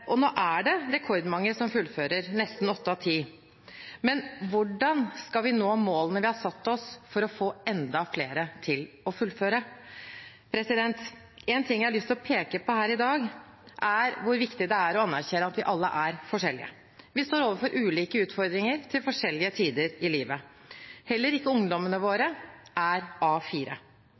Nå er det rekordmange som fullfører, nesten åtte av ti. Men hvordan skal vi nå målene vi har satt oss for å få enda flere til å fullføre? En ting jeg har lyst til å peke på her i dag, er hvor viktig det er å anerkjenne at vi alle er forskjellige. Vi står overfor ulike utfordringer til forskjellige tider i livet. Heller ikke ungdommene våre er